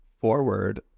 forward